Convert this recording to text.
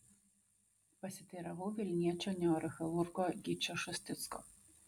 pasiteiravau vilniečio neurochirurgo gyčio šusticko